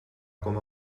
com